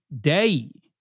day